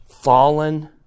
fallen